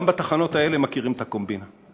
גם בתחנות האלה מכירים את הקומבינה.